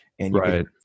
Right